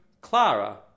Clara